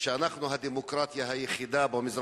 אחר כך ראיתי שאם אתה הולך לדואר,